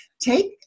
take